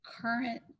current